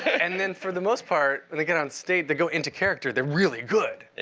and then for the most part, they get on stage. they go into character, they're really good.